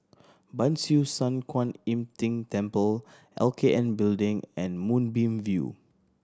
Ban Siew San Kuan Im Tng Temple L K N Building and Moonbeam View